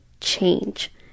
change